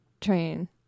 train